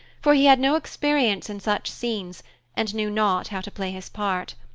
for he had no experience in such scenes and knew not how to play his part.